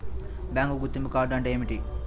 Bank గుర్తింపు card అంటే ఏమిటి?